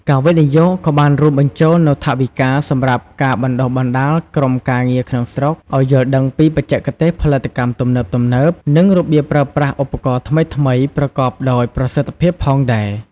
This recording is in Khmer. ការវិនិយោគក៏បានរួមបញ្ចូលនូវថវិកាសម្រាប់ការបណ្តុះបណ្តាលក្រុមការងារក្នុងស្រុក ឱ្យយល់ដឹងពីបច្ចេកទេសផលិតកម្មទំនើបៗ និងរបៀបប្រើប្រាស់ឧបករណ៍ថ្មីៗប្រកបដោយប្រសិទ្ធភាពផងដែរ។